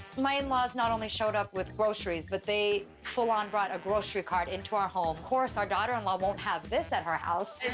my in-laws not only showed up with groceries, but they full-on brought a grocery cart into our home. course our daughter-in-law won't have this at her house!